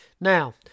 Now